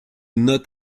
not